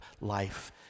life